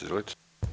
Izvolite.